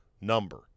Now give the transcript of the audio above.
number